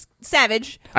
Savage